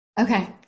okay